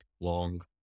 long